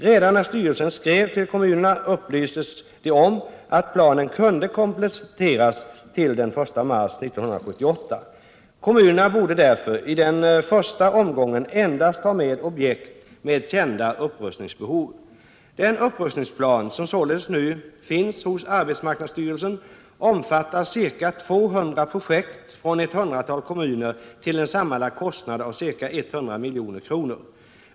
Redan när styrelsen skrev till kommunerna upplystes de om att planen kunde kompletteras till den 1 mars 1978. Kommunerna borde därför i den första omgången endast ta med objekt med kända upprustningsbehov. Den upprustningsplan som således nu finns hos arbetsmarknadsstyrelsen omfattar ca 200 projekt från ett hundratal kommuner till en sammanlagd kostnad av ca 100 milj.kr.